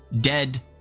dead